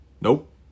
Nope